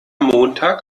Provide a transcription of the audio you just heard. montag